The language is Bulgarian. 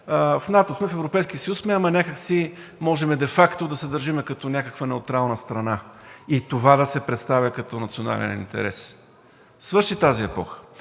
В НАТО сме, в Европейския съюз сме, ама някак си можем де факто да се държим като някаква неутрална страна и това да се представя като национален интерес. Свърши тази епоха.